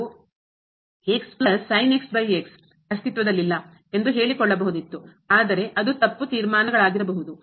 ಮತ್ತು ನಾವು ಅಸ್ತಿತ್ವದಲ್ಲಿಲ್ಲ ಎಂದು ಹೇಳಿಕೊಳ್ಳಬಹುದಿತ್ತು ಆದರೆ ಅದು ತಪ್ಪು ತೀರ್ಮಾನಗಳಾಗಿರಬಹುದು